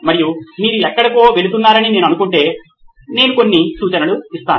మరియు మీరు ఎక్కడికో వెళుతున్నారని నేను అనుకుంటే నేను కొన్ని సూచనలు ఇస్తాను